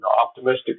optimistic